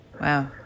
Wow